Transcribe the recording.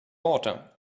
water